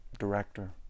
director